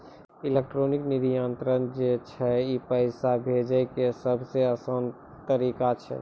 electronic निधि अन्तरन जे छै ई पैसा भेजै के सभ से असान तरिका छै